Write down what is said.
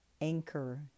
Anchor